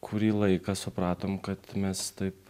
kurį laiką supratom kad mes taip